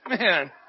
Man